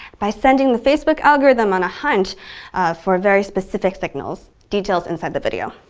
by sending the facebook algorithm on a hunt for very specific signals. details inside the video!